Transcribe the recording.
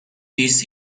teach